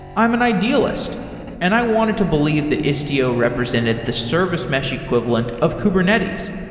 i'm an idealist and i wanted to believe that istio represented the service mesh equivalent of kubernetes.